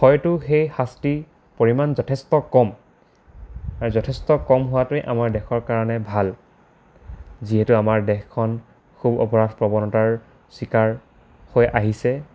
হয়তো সেই শাস্তিৰ পৰিমাণ যথেষ্ট কম আৰু যথেষ্ট কম হোৱাটোৱে আমাৰ দেশৰ কাৰণে ভাল যিহেতু আমাৰ দেশখন খুব অপৰাধ প্ৰৱণতাৰ চিকাৰ হৈ আহিছে